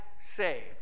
saved